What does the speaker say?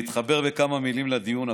אני רוצה להתחבר בכמה מילים לדיון הקודם.